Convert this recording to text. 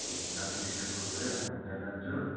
हजुर Japanese temple भयो हो त्यहाँ लान्छु